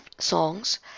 songs